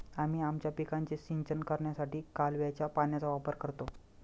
आम्ही आमच्या पिकांचे सिंचन करण्यासाठी कालव्याच्या पाण्याचा वापर करतो